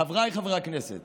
חבריי חברי הכנסת,